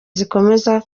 zikomeza